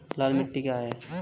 लाल मिट्टी क्या है?